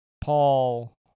Paul